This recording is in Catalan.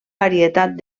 varietat